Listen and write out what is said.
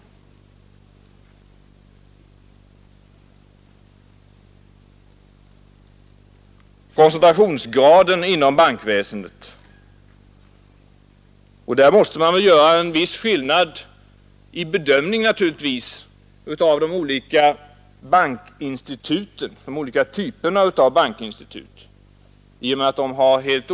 När det gäller koncentrationsgraden inom bankväsendet måste man väl göra en viss skillnad i bedömningen av de olika typerna av bankinstitut genom att de har hei!